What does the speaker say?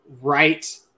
right